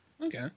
Okay